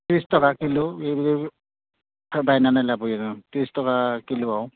त्रिस ताका किल' बेनिफ्राय बायनानै लाबोयो जों त्रिक ताका किल'आव